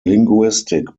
linguistic